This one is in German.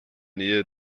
nähe